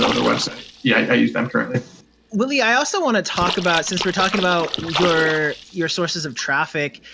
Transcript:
of their website, yeah, i use them, currently. willie, i also wanna talk about, since we're talking about your your sources of traffic,